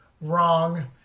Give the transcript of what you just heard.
wrong